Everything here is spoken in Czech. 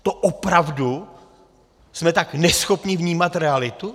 To opravdu jsme tak neschopní vnímat realitu?